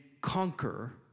conquer